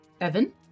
Evan